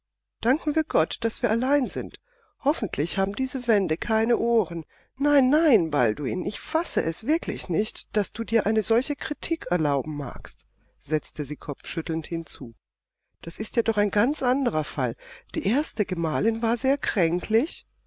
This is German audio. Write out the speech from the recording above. danken wir gott daß wir allein sind hoffentlich haben diese wände keine ohren nein nein balduin ich fasse es wirklich nicht wie du dir eine solche kritik erlauben magst setzte sie kopfschüttelnd hinzu das ist ja doch ein ganz anderer fall die erste gemahlin war sehr kränklich